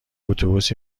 اتوبوس